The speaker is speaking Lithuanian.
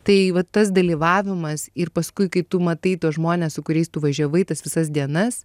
tai vat tas dalyvavimas ir paskui kai tu matai tuos žmones su kuriais tu važiavai tas visas dienas